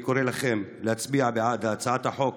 אני קורא לכם להצביע בעד הצעת חוק